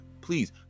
Please